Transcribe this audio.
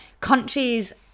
Countries